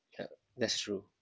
ya that's true